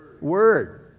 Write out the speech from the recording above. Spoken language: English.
Word